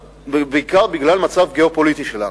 בעיקר בגלל המצב הגיאו-פוליטי שלנו.